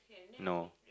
no